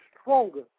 stronger